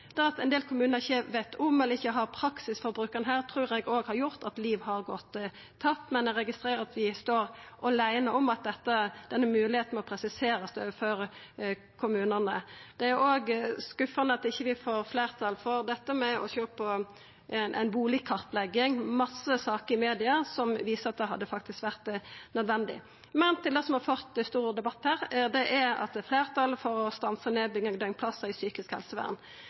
Det at ein del kommunar ikkje veit om eller ikkje har praksis for å bruke dette, trur eg òg har gjort at liv har gått tapt, men eg registrerer at vi står åleine om at denne moglegheita må presiserast overfor kommunane. Det er òg skuffande at vi ikkje får fleirtal for dette med å sjå på ei bustadkartlegging. Det er mange saker i media som viser at det hadde vore nødvendig. Så til det som har ført til stor debatt her, at det er fleirtal for å stansa nedbygging av døgnplassar i psykisk helsevern.